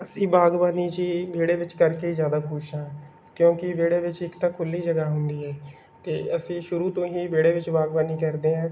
ਅਸੀਂ ਬਾਗਬਾਨੀ ਜੀ ਵਿਹੜੇ ਵਿੱਚ ਕਰਕੇ ਜ਼ਿਆਦਾ ਖੁਸ਼ ਹਾਂ ਕਿਉਂਕਿ ਵਿਹੜੇ ਵਿੱਚ ਇੱਕ ਤਾਂ ਖੁੱਲ੍ਹੀ ਜਗ੍ਹਾ ਹੁੰਦੀ ਹੈ ਅਤੇ ਅਸੀਂ ਸ਼ੁਰੂ ਤੋਂ ਹੀ ਵਿਹੜੇ ਵਿੱਚ ਬਾਗਬਾਨੀ ਕਰਦੇ ਹਾਂ